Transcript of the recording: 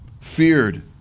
feared